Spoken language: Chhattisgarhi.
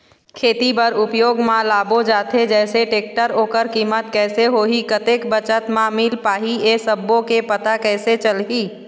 खेती बर उपयोग मा लाबो जाथे जैसे टेक्टर ओकर कीमत कैसे होही कतेक बचत मा मिल पाही ये सब्बो के पता कैसे चलही?